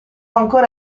ancora